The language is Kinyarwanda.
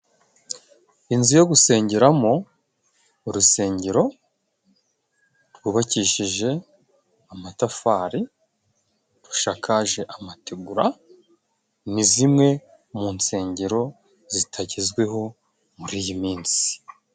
Inzu yo gusengeramo urusengero, rwubakishije amatafari rushakaje amategura, ni zimwe mu nsengero zitagezweho muri iyi minsi.